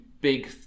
big